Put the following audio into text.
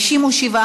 התשע"ז 2017, נתקבל.